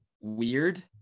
weird